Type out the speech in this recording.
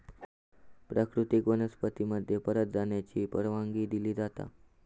प्राकृतिक वनस्पती मध्ये परत जाण्याची परवानगी दिली जाता